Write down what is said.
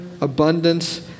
abundance